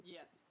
Yes